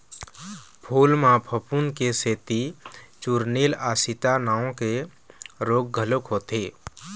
फूल म फफूंद के सेती चूर्निल आसिता नांव के रोग घलोक होथे